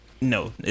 No